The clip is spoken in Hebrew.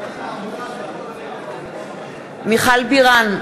מיכל בירן,